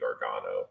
Gargano